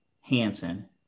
Hansen